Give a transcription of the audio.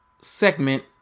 segment